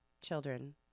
children